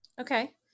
Okay